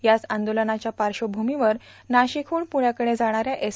याच आंदोलनाच्या पार्श्वभूमीवर वाशिकहून पुण्याकडे जाणाऱ्या एस